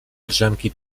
drzemki